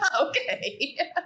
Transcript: Okay